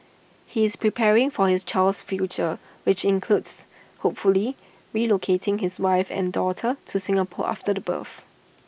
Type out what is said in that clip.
he is preparing for his child's future which includes hopefully relocating his wife and daughter to Singapore after the birth